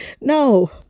No